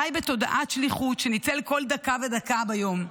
חי בתודעת שליחות, שניצל כל דקה ודקה ביום.